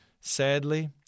Sadly